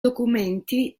documenti